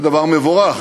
זה דבר מבורך,